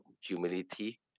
humility